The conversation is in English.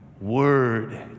Word